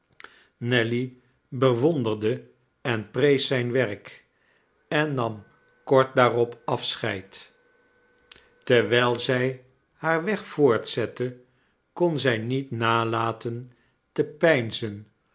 nelly bewonderde en prees zijn werk en nam kort daarop afscheid terwijl zij haar weg voortzette kon zij niet nalaten te